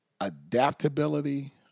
Adaptability